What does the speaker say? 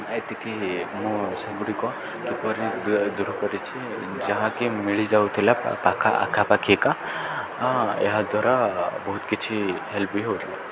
ଏତିକି ମୁଁ ସେଗୁଡ଼ିକ କିପରି ଦୂର କରିଛି ଯାହାକି ମିଳିଯାଉଥିଲା ପାଖା ଆଖାପାଖିକା ଏହାଦ୍ଵାରା ବହୁତ କିଛି ହେଲ୍ପ ବି ହେଉଥିଲା